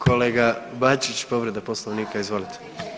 Kolega Bačić, povreda Poslovnika, izvolite.